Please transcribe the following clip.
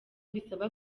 bisaba